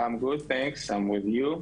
חברים יקרים ושותפים, אני איתכם,